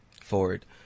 Forward